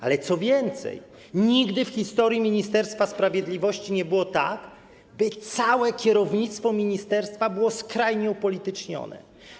Ale co więcej, nigdy w historii Ministerstwa Sprawiedliwości nie było tak, by całe kierownictwo ministerstwa było skrajnie upolitycznione.